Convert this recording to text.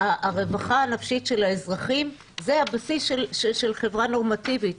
הרווחה הנפשית של האזרחים זה הבסיס של חברה נורמטיבית,